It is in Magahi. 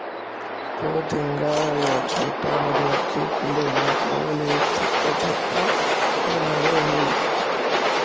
पोतिंगा या छोटा मधुमक्खी खुले में केवल एक छत्ता छोटा बनावऽ हइ